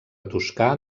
toscà